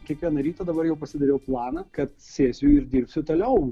kiekvieną rytą dabar jau pasidariau planą kad sėsiu ir dirbsiu toliau